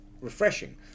refreshing